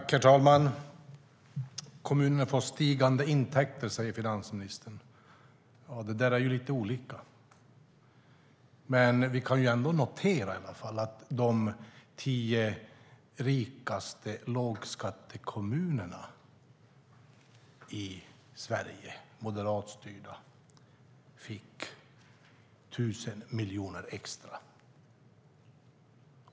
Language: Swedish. Herr talman! Kommunerna får stigande intäkter, säger finansministern. Det där är lite olika, men vi kan i alla fall notera att de tio rikaste lågskattekommunerna, moderatstyrda, i Sverige fick 1 000 miljoner extra.